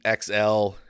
XL